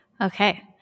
Okay